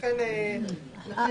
לכן לא משנים את המספור.